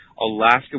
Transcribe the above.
Alaska